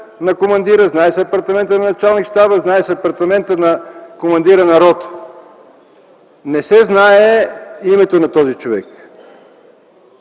на командира, знае се апартаментът на началник щаба, знае се апартаментът на командира на ротата. Не се знае името на този човек.